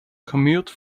commute